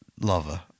lover